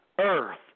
earth